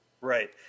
right